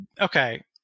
okay